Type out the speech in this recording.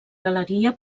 galeria